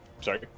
Sorry